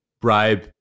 bribe